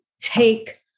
take